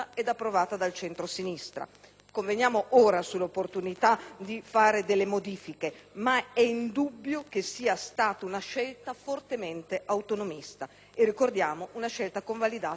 conveniamo sull'opportunità di fare delle modifiche, ma è indubbio che sia stata una scelta fortemente autonomista e - ricordiamo - convalidata da un *referendum* confermativo.